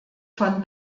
von